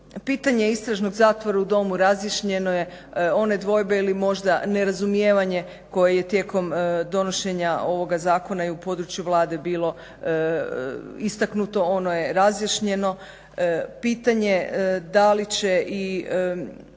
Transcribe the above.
Pitanje istražnog zatvora u domu razjašnjeno je. One dvojbe ili možda nerazumijevanje koje je tijekom donošenja ovoga zakona i u području Vlade bilo istaknuto ono je razjašnjeno.